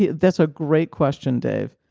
yeah that's a great question, dave.